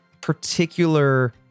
particular